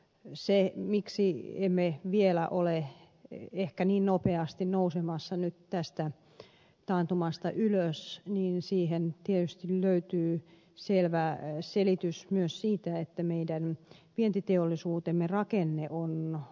siihen miksi emme vielä ole ehkä niin nopeasti nousemassa nyt tästä taantumasta ylös tietysti löytyy selvä selitys myös siitä että meidän vientiteollisuutemme rakenne on